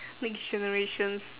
next generations